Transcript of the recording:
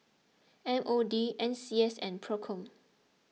M O D N C S and Procom